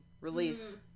release